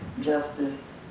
justice